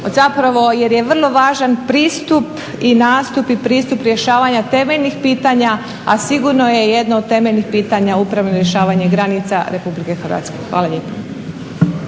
zapravo jer je vrlo važan pristup i nastup i pristup rješavanja temeljnih pitanja a sigurno je jedno od temeljnih pitanja upravno rješavanje granica Republike Hrvatske. Hvala lijepa.